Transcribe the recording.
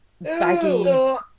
baggy